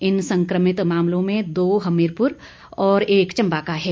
इन संक्रमित मामलों में से दो हमीरपुर व एक चंबा का है